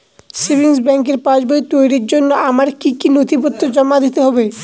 Savings ব্যাংকের পাসবই তৈরির জন্য আমার কি কি নথিপত্র জমা দিতে হবে?